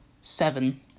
seven